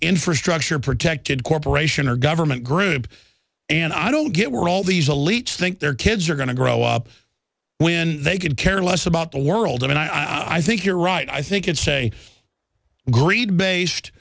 infrastructure protected corporation or government group and i don't get we're all these a leech think their kids are going to grow up when they could care less about the world and i think you're right i think it's a greed based